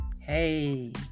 Hey